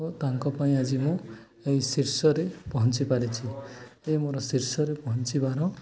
ଓ ତାଙ୍କ ପାଇଁ ଆଜି ମୁଁ ଏଇ ଶୀର୍ଷରେ ପହଞ୍ଚି ପାରିଛି ଏ ମୋର ଶୀର୍ଷରେ ପହଞ୍ଚିବାର